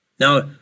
Now